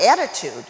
attitude